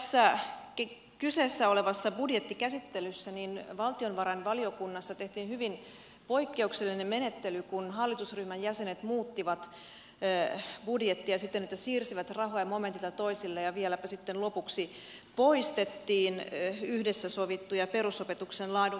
mutta tässä kyseessä olevassa budjettikäsittelyssä valtiovarainvaliokunnassa tehtiin hyvin poikkeuksellinen menettely kun hallitusryhmän jäsenet muuttivat budjettia siten että siirsivät rahoja momentilta toiselle ja vieläpä sitten lopuksi poistettiin yhdessä sovittuja perusopetuksen laadun kehittämisen määrärahoja